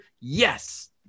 yes